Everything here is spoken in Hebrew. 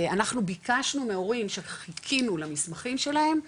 אנחנו ביקשנו מהורים שחיכינו למסמכים שלהם,